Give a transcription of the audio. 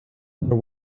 under